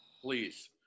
Please